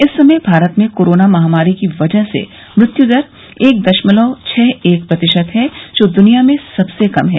इस समय भारत में कोरोना महामारी की वजह से मृत्यु दर एक दशलमव छह एक प्रतिशत है जो द्निया में सबसे कम है